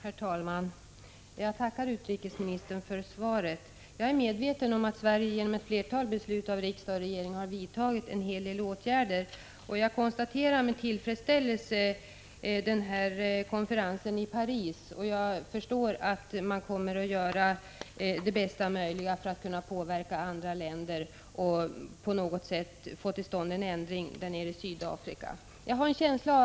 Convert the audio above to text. Herr talman! Jag tackar utrikesministern för svaret. Jag är medveten om att Sverige genom ett flertal beslut av regering och riksdag har vidtagit en hel del åtgärder. Med tillfredsställelse konstaterar jag att det skall hållas en konferens i Paris, och jag förstår att man kommer att göra det bästa möjliga för att påverka andra länder och på något sätt få till stånd en ändring i Sydafrika.